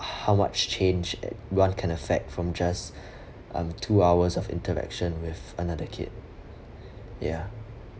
how much change it one can affect from just um two hours of interaction with another kid ya